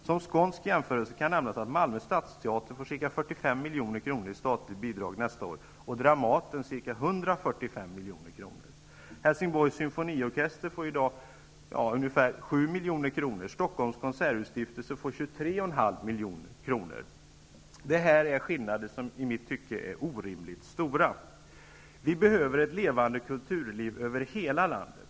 Som skånsk jämförelse kan nämnas att Malmö stadsteater får ca 45 milj.kr. i statligt bidrag nästa år och Dramaten får ca 145 milj.kr. Helsingborgs symfoniorkester får i dag ungefär 7 milj.kr. Detta är skillnader som i mitt tycke är orimligt stora. Vi behöver ett levande kulturliv över hela landet.